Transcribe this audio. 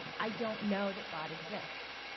i don't know that god exists.